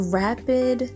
rapid